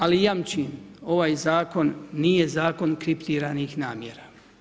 Ali jamčim ovaj zakon nije zakon kriptiranih namjera.